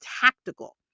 tactical